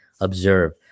Observe